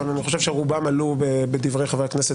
אבל אני חושב שרובן עלו בדברי חברי כנסת